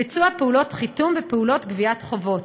ביצוע פעולות חיתום ופעולות גביית חובות.